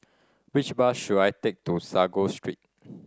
which bus should I take to Sago Street